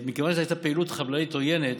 מכיוון שהייתה פעילות חבלנית עוינת,